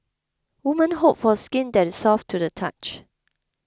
women hope for skin that is soft to the touch